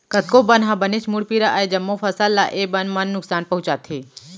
कतको बन ह बनेच मुड़पीरा अय, जम्मो फसल ल ए बन मन नुकसान पहुँचाथे